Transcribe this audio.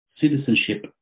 citizenship